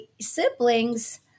siblings